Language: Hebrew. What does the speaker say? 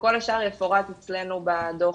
וכל השאר יפורט אצלנו בדוח.